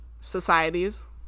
societies